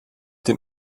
den